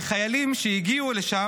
וחיילים שהגיעו לשם,